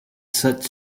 such